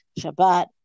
Shabbat